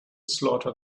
slaughter